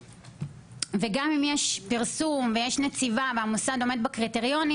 גם אם יש פרסום ויש נציבה והמוסד עומד בקריטריונים